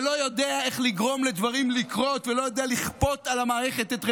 שלא יודע איך לגרום לדברים לקרות ולא יודע לכפות על המערכת את רצונך,